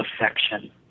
affection